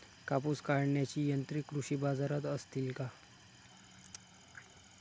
कापूस काढण्याची यंत्रे कृषी बाजारात असतील का?